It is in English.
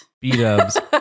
B-dubs